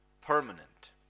permanent